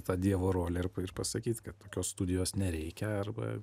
tą dievo rolę ir pasakyt kad tokios studijos nereikia arba